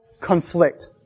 conflict